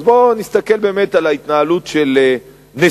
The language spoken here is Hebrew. אז בוא נסתכל באמת על ההתנהלות של נשיא,